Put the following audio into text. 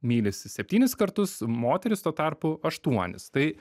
mylisi septynis kartus moterys tuo tarpu aštuonis tai